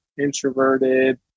introverted